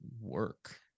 work